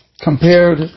compared